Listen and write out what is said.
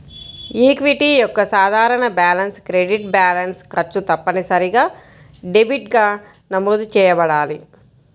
equity యొక్క సాధారణ balance credit balance, ఖర్చు తప్పనిసరిగా డెబిట్గా నమోదు చేయబడాలి